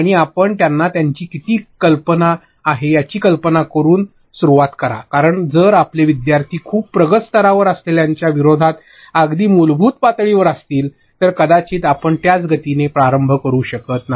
आणि आपण त्यांना त्यांची किती कल्पना आहे याची कल्पना करूनच सुरुवात करा कारण जर आपले विद्यार्थी खूप प्रगत स्तरावर असलेल्यांच्या विरोधात अगदी मूलभूत पातळीवर असतील तर कदाचित आपण त्याच गतीने प्रारंभ करू शकत नाही